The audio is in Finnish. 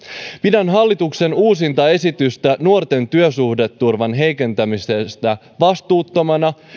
pidän hallituksen uusinta esitystä nuorten työsuhdeturvan heikentämisestä vastuuttomana